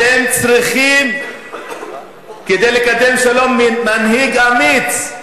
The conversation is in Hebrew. אתם צריכים, כדי לקדם שלום, מנהיג אמיץ.